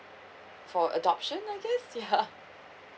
for adoption I guess yeah